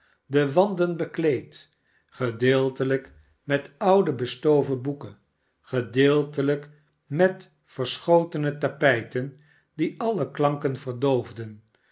de wanden bekleed gedeeltelijk met oude bestoven boeken gedeeltelijk met verschotene tapijten die alle klanken verdoofden